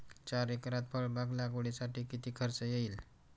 चार एकरात फळबाग लागवडीसाठी किती खर्च येईल?